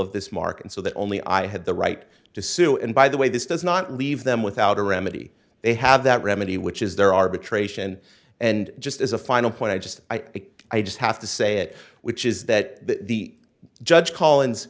of this market so that only i had the right to sue and by the way this does not leave them without a remedy they have that remedy which is there are betrayed and and just as a final point i just i i just have to say it which is that the judge collins